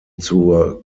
zur